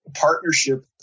partnership